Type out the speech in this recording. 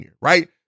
right